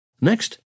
Next